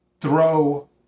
throw